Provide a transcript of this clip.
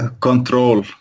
control